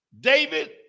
David